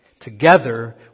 Together